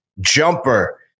jumper